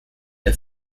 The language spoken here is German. der